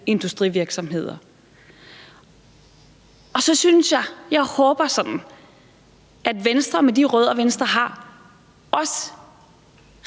industrivirksomheder. Så håber jeg sådan, at Venstre med de rødder, Venstre har, også